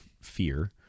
fear